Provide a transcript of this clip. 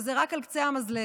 וזה רק על קצה המזלג.